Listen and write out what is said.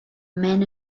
men